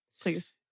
Please